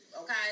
Okay